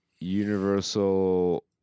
Universal